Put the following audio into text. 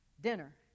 dinner